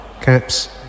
Caps